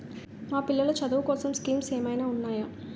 మా పిల్లలు చదువు కోసం స్కీమ్స్ ఏమైనా ఉన్నాయా?